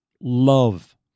love